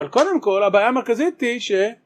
אבל קודם כל הבעיה המרכזית היא ש...